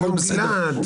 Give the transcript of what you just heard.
הכול בסדר.